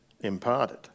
imparted